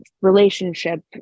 relationship